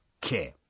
care